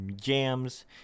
jams